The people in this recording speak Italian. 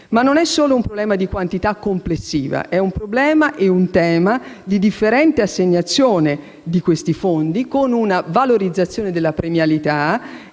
però solo di un problema di quantità complessiva, è un problema e un tema di differente assegnazione di questi fondi, con una valorizzazione della premialità